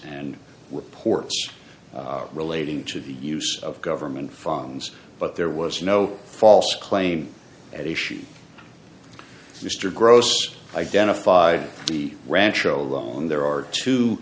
and reports relating to the use of government funds but there was no false claim at issue mr gross identified the ranch alone there are two